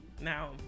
Now